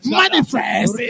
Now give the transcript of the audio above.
manifest